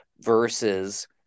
versus